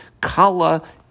kala